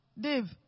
Dave